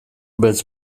beltz